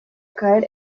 caer